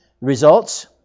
Results